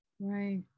Right